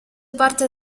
parte